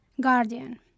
guardian